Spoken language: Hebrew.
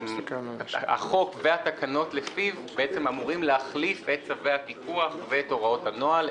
החוק והתקנות לפיו בעצם אמורים להחליף את צווי הפיקוח ואת הוראות הנוהל,